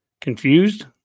confused